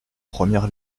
première